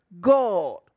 God